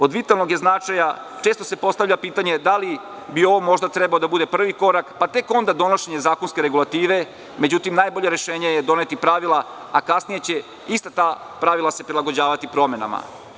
Od vitalnog je značaja, često se postavlja pitanje da li bi ovo možda trebalo da bude prvi korak, pa tek onda donošenje zakonske regulative, međutim najbolje rešenje je doneti pravila, a kasnije će ista ta pravila se prilagođavati promenama.